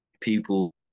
people